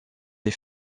des